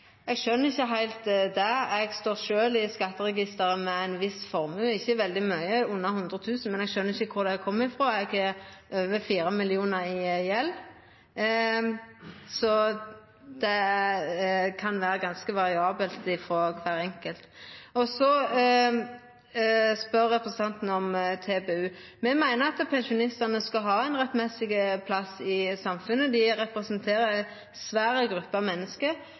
ikkje heilt det. Eg står sjølv i skatteregisteret med ein viss formue – ikkje veldig mykje, under 100 000 kr – men eg skjønar ikkje kvar det kjem frå, for eg har over 4 mill. kr i gjeld. Så det kan vera ganske variabelt for kvar enkelt. Så spør representanten om TBU. Me meiner at pensjonistane skal ha ein rettmessig plass i samfunnet. Dei representerer ei svær gruppe menneske